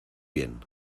bien